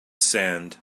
sand